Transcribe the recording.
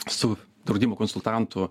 su draudimo konsultantu